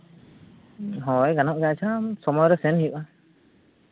ᱦᱳᱭ ᱜᱟᱱᱚᱜ ᱜᱮᱭᱟ ᱟᱪᱪᱷᱟ ᱥᱚᱢᱚᱭ ᱨᱮ ᱥᱮᱱ ᱦᱩᱭᱩᱜᱼᱟ